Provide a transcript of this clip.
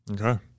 Okay